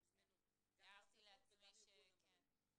הוזמנו, גם הסתדרות המורים וגם ארגון המורים.